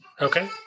Okay